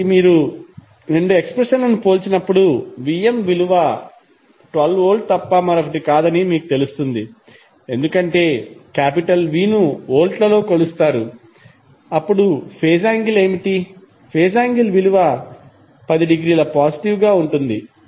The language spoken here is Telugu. కాబట్టి మీరు రెండు ఎక్స్ప్రెషన్లను పోల్చినప్పుడు Vm విలువ 12 వోల్ట్ తప్ప మరొకటి కాదని మీకు తెలుస్తుంది ఎందుకంటే V ను వోల్ట్లలో కొలుస్తారు అప్పుడు ఫేజ్ యాంగిల్ ఏమిటి ఫేజ్ యాంగిల్ విలువ 10 డిగ్రీల పాజిటివ్ గా ఉంటుంది